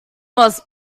must